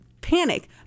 panic